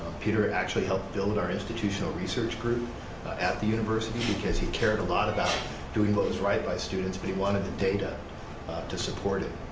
peter actually helped build our institutional research group at the university because he cared a lot about doing what was right by students, but he wanted the data to support it.